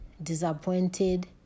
disappointed